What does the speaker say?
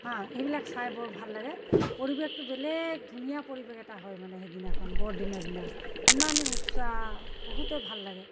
হাঁ এইবিলাক চাই বৰ ভাল লাগে পৰিৱেশটো বেলেগ ধুনীয়া পৰিৱেশ এটা হয় মানে সেইদিনাখন বৰদিনৰ দিনা ইমানেই উচ্ছাস বহুতে ভাল লাগে